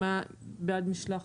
גם הבנקים,